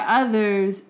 others